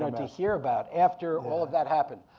to hear about after all of that happened.